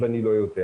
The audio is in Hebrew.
אבל אני לא יודע,